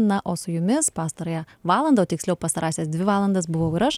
na o su jumis pastarąją valandą tiksliau pastarąsias dvi valandas buvau ir aš